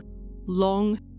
long